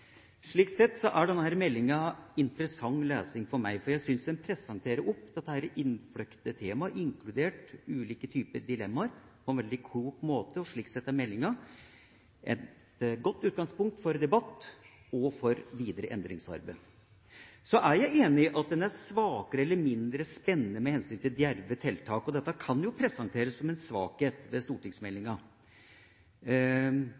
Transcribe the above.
Slik sett er denne meldinga interessant lesning for meg. Den presenterer dette innfløkte temaet, inkludert ulike typer dilemmaer, på en veldig klok måte. Slik sett er meldinga et godt utgangspunkt for debatt og for videre endringsarbeid. Jeg er enig i at den er svakere eller mindre spennende med hensyn til djerve tiltak. Dette kan presenteres som en svakhet ved